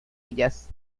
ellas